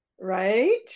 right